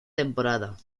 temporada